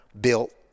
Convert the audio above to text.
built